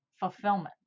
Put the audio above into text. fulfillment